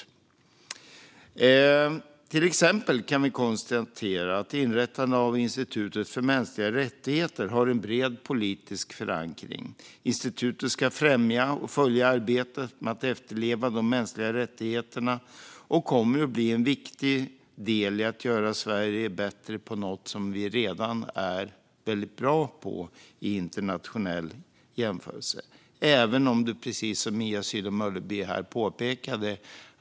Vi kan till exempel konstatera att det finns en bred politisk förankring bakom inrättandet av institutet för mänskliga rättigheter. Det ska främja och följa arbetet med att efterleva de mänskliga rättigheterna och kommer att bli en viktig del i att göra Sverige bättre på något som vi, i en internationell jämförelse, redan är väldigt bra på.